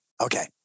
Okay